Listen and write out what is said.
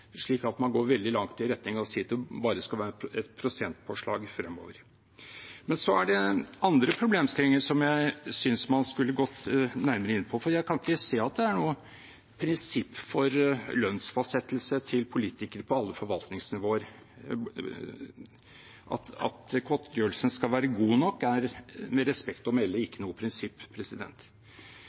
slik at man går veldig langt i retning av å si at det bare skal være et prosentpåslag fremover. Men så er det andre problemstillinger som jeg synes man skulle gått nærmere inn på, for jeg kan ikke se at det er noe prinsipp for lønnsfastsettelse til politikere på alle forvaltningsnivåer. At godtgjørelsen skal være god nok, er med respekt å melde ikke noe prinsipp.